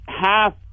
half